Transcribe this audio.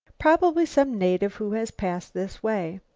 probably some native who has passed this way.